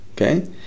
okay